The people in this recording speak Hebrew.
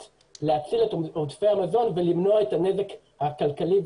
להציל את עודפי המזון ולמנוע את הנזק הכלכלי,